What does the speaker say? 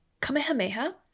Kamehameha